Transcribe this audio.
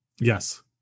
Yes